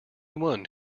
one